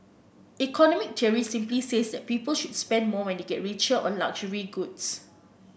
economic theory simply says that people should spend more when they get richer on luxury goods